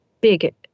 big